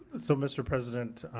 so mr. president,